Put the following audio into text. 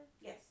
Yes